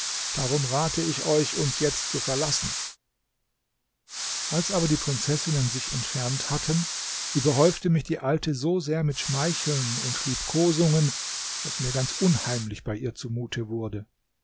darum rate ich euch uns jetzt zu verlassen als aber die prinzessinnen sich entfernt hatten überhäufte mich die alte so sehr mit schmeicheln und liebkosungen daß mir ganz unheimlich bei ihr zumute wurde